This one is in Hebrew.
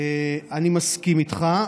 אני מסכים איתך.